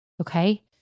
okay